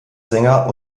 sänger